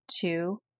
two